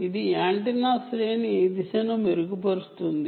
ఇది antenna range phase ను దిశాత్మకంగా మెరుగుపరుస్తుంది